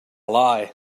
lie